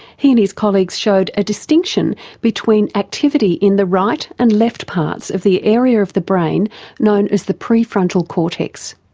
he and his colleagues showed a distinction between activity in the right and left parts of the area of the brain known as the pre-frontal cortex.